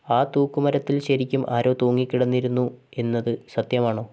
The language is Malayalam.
ആ തൂക്കുമരത്തിൽ ശരിക്കും ആരോ തൂങ്ങിക്കിടന്നിരുന്നു എന്നത് സത്യമാണോ